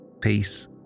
Peace